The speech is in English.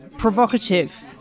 provocative